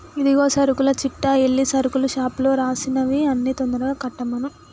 ఇదిగో సరుకుల చిట్టా ఎల్లి సరుకుల షాపులో రాసినవి అన్ని తొందరగా కట్టమను